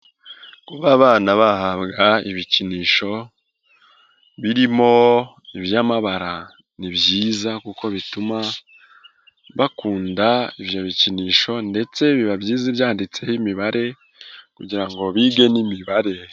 Kuba abana bahabwa ibikinisho bimrimo iby'amabara ni byiza kuko bituma bakunda ibyo bikinisho, ndetse biba byiza byanditseho imibare kugira ngo bige n’imibare.